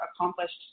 accomplished